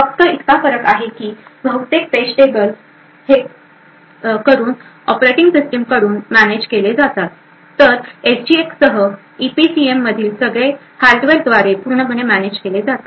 फक्त इतका फरक आहे की बहुतेक पेजटेबल हे करून ऑपरेटिंग सिस्टिम कडून मॅनेज केले जातात तर एसजीएक्ससह ईपीसीएम मधील सगळे हार्डवेअरद्वारे पूर्णपणे मॅनेज केले जातात